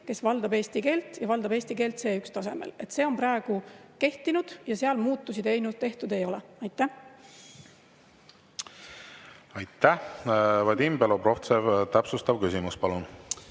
kes valdab eesti keelt ja valdab eesti keelt C1‑tasemel. See on praegu kehtinud ja seal muutusi tehtud ei ole. Aitäh! Vadim Belobrovtsev, täpsustav küsimus, palun!